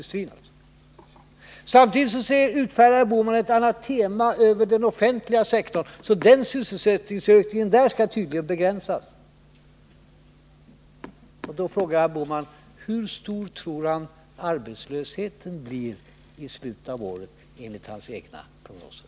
Samtidigt utslungar herr Bohman ett anatema över den offentliga sektorn, så sysselsättningsökningen där skall tydligen begränsas. Då frågar jag herr Bohman: Hur stor blir arbetslösheten i slutet av året enligt herr Bohmans prognoser?